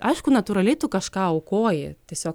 aišku natūraliai tu kažką aukoji tiesiog